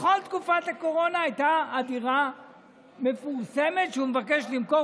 בכל תקופת הקורונה הדירה שהוא מבקש למכור